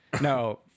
No